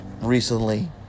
Recently